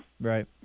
Right